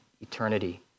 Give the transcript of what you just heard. eternity